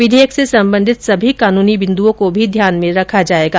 विधेयक से संबंधित सभी कानुनी बिन्दुओं को भी ध्यान में रखा जायेगा